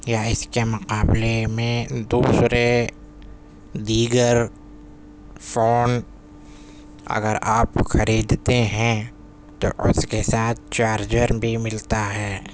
یا اس کے مقابلے میں دوسرے دیگر فون اگر آپ خریدتے ہیں تو اس کے ساتھ چارجر بھی ملتا ہے